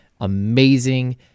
amazing